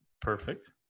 Perfect